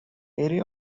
area